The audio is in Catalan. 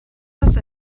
dels